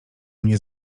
mnie